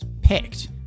picked